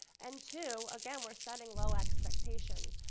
and two, again, we're setting low expectations.